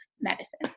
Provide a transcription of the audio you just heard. medicine